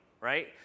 right